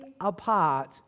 apart